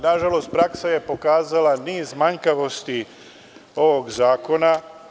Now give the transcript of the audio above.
Nažalost, praksa je pokazala niz manjkavosti ovog zakona.